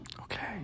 Okay